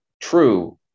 true